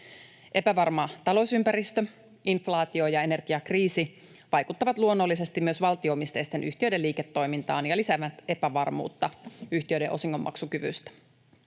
Epävarma talousympäristö, inflaatio ja energiakriisi vaikuttavat luonnollisesti myös valtio-omisteisten yhtiöiden liiketoimintaan ja lisäävät epävarmuutta yhtiöiden osingonmaksukyvystä.